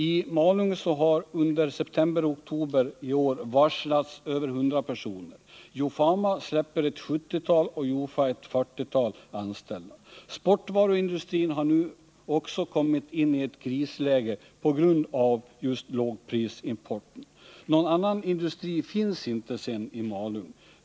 I Malung har under september — oktober i år varslats över 100 personer. Jofama släpper ett 70-tal och Jofa ett 40-tal anställda. Sportvaruindustrin har nu också kommit in i ett krisläge på grund av lågprisimporten. Någon annan industri finns inte sedan i Malung.